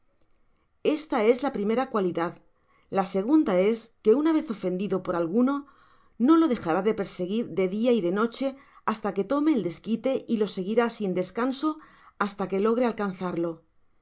esta es la primera cualidad la segunda es que una vez ofendido por alguno no lo dejará de perseguir de dia y de noehe hasta que tome el desquite y lo seguirá sin descanso hasta que logre alcanzarlo